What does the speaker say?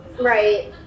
Right